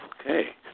Okay